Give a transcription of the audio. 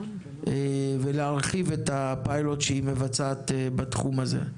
ולהרחיב את הפיילוט שהיא מבצעת בתחום הזה.